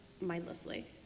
mindlessly